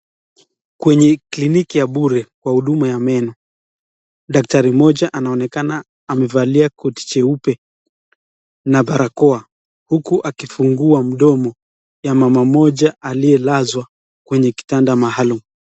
Kwenye kliniki ya bure kwa huduma ya meno. Daktari mmoja anaonekana amevalia koti jeupe na barakoa huku akifungua mdomo ya mama mmoja aliyelazwa kwenye kitanda maalum.